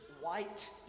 white